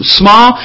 small